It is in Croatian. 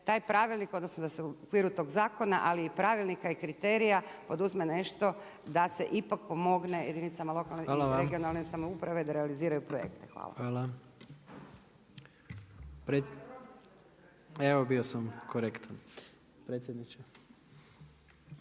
taj pravilnik, odnosno da se u okviru tog zakona ali i pravilnika i kriterija poduzme nešto da se ipak pomogne jedinicama lokalne i regionalne samouprave da realiziraju projekte. Hvala. **Jandroković, Gordan